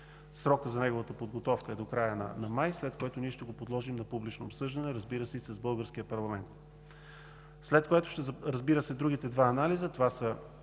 срокът за неговата подготовка е до края на май, след което ние ще го подложим на публично обсъждане, разбира се, и с българския парламент. Другите два анализа – за